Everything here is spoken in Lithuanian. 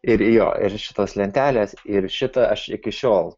ir jo ir šitos lentelės ir šitą aš iki šiol